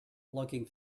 looking